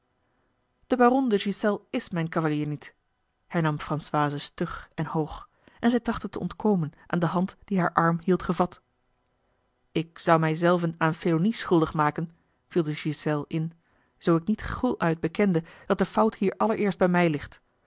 de ghiselles is mijn cavalier niet hernam françoise stug en hoog en zij trachtte te ontkomen aan de hand die haar arm hield gevat ik zou mij zelven aan felonie schuldig maken viel de ghiselles in zoo ik niet guluit bekende dat de fout hier allereerst bij mij ligt